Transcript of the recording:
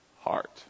heart